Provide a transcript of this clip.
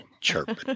chirping